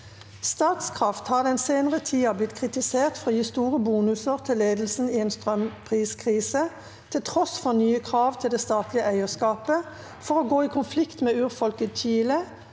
«Statkraft har den senere tiden blitt kritisert for å gi store bonuser til ledelsen i en strømpriskrise til tross for nye krav til det statlige eierskapet, for å gå i konflikt med urfolk i Chile,